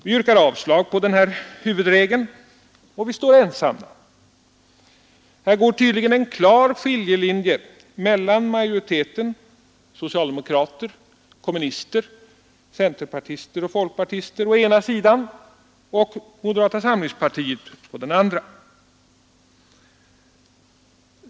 Vi yrkar avslag på huvudregeln, och vi är ensamma om det. Här går tydligen en klar skiljelinje mellan majoriteten socialdemokrater, kommunister, centerpartister och folkpartister å ena sidan och moderater å andra sidan.